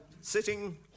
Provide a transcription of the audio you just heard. sitting